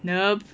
nope